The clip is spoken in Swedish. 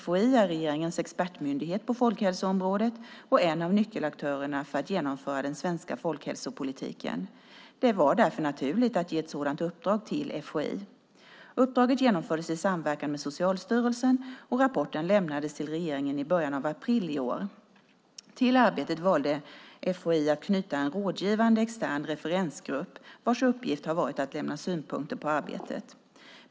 FHI är regeringens expertmyndighet på folkhälsoområdet och en av nyckelaktörerna för att genomföra den svenska folkhälsopolitiken. Det var därför naturligt att ge ett sådant uppdrag till FHI. Uppdraget genomfördes i samverkan med Socialstyrelsen, och rapporten lämnades till regeringen i början av april i år. Till arbetet valde FHI att knyta en rådgivande extern referensgrupp vars uppgift har varit att lämna synpunkter på arbetet.